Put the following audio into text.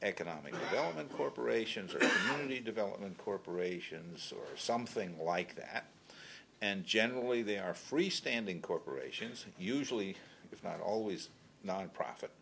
economic development corporations are only development corporations or something like that and generally they are freestanding corporations and usually it's not always nonprofit